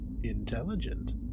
intelligent